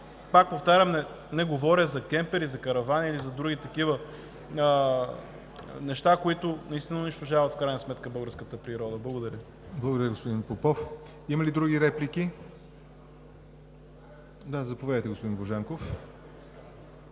Пак повтарям, не говоря за кемпери, за каравани или за други такива неща, които наистина унищожават в крайна сметка българската природа. Благодаря Ви. ПРЕДСЕДАТЕЛ ЯВОР НОТЕВ: Благодаря, господин Попов. Има ли други реплики? Заповядайте, господин Божанков.